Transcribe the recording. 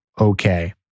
okay